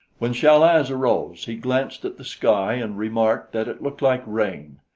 when chal-az arose, he glanced at the sky and remarked that it looked like rain.